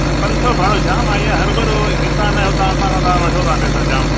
न पंज सौ भाड़ो जाम आहे हरूभरू हितां न हुतां असां खां तव्हां वठो था पैसा जाम